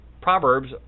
Proverbs